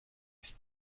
ist